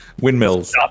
Windmills